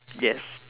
yes